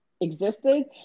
existed